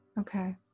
Okay